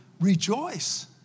rejoice